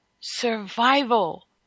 survival